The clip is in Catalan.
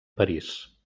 parís